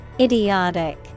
idiotic